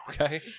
Okay